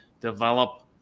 develop